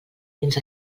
dins